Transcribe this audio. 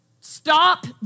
Stop